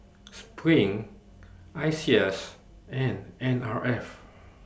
SPRING ISEAS and N R F